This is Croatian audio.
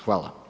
Hvala.